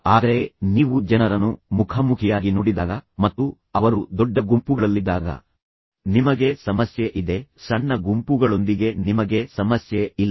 ಆದರೆ ನೀವು ಜನರನ್ನು ಮುಖಾಮುಖಿಯಾಗಿ ನೋಡಿದಾಗ ಮತ್ತು ಅವರು ದೊಡ್ಡ ಗುಂಪುಗಳಲ್ಲಿದ್ದಾಗ ನಿಮಗೆ ಸಮಸ್ಯೆ ಇದೆ ಸಣ್ಣ ಗುಂಪುಗಳೊಂದಿಗೆ ನಿಮಗೆ ಸಮಸ್ಯೆ ಇಲ್ಲ